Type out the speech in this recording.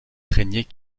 craignait